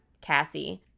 Cassie